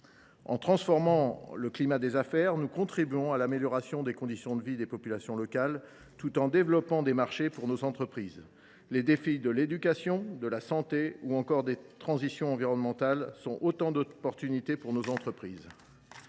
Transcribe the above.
En transformant le climat des affaires, nous contribuons à l’amélioration des conditions de vie des populations locales, tout en développant des marchés pour nos entreprises. Les défis relevant de l’éducation, de la santé ou encore des transitions environnementales constituent autant d’opportunités pour nos entreprises.